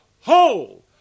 whole